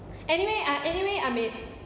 anyway I anyway I mean